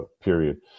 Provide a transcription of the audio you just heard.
period